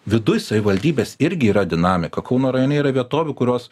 viduj savivaldybės irgi yra dinamika kauno rajone yra vietovių kurios